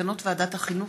מסקנות ועדת החינוך,